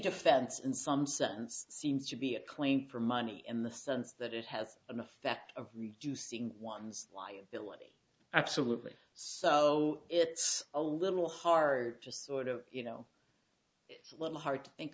defense in some sense seems to be a claim for money in the sense that it has an effect of reducing one's life villainy absolutely so it's a little hard to sort of you know it's a little hard to think